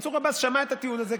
מנסור עבאס שמע את הטיעון הזה,